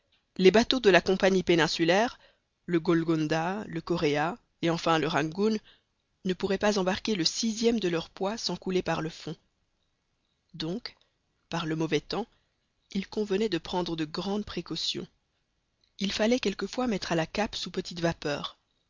les bateaux de la compagnie péninsulaire le golgonda le corea et enfin le rangoon ne pourraient pas embarquer le sixième de leur poids sans couler par le fond donc par le mauvais temps il convenait de prendre de grandes précautions il fallait quelquefois mettre à la cape sous petite vapeur